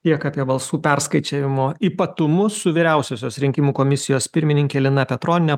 tiek apie balsų perskaičiavimo ypatumus su vyriausiosios rinkimų komisijos pirmininke lina petroniene